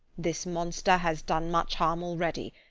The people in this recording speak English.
this monster has done much harm already,